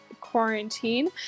quarantine